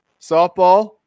softball